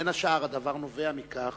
בין השאר הדבר נובע מכך